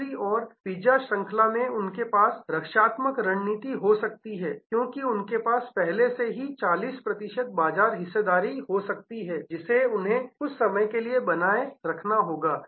दूसरी ओर पिज्जा श्रृंखला में उनके पास रक्षात्मक स्थिति हो सकती है क्योंकि उनके पास पहले से ही 40 प्रतिशत बाजार हिस्सेदारी हो सकती है जिसे उन्हें कुछ समय के लिए बनाए रखना होगा